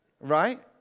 Right